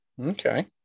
okay